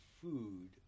food